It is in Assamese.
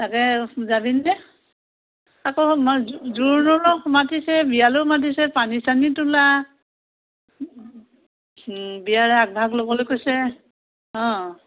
তাকে যাবি নে আকৌ মই জোৰোণলৈও মাতিছে বিয়ালৈও মাতিছে পানী চানী তোলা বিয়াৰ আগ ভাগ ল'বলৈ কৈছে অঁ